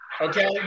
okay